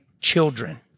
children